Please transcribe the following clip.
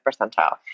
percentile